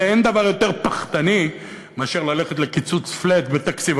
הרי אין דבר יותר פחתני מאשר ללכת לקיצוץ flat בתקציב.